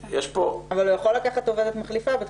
אבל בתקופה הזאת הוא יכול לקחת עובדת מחליפה.